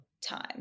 time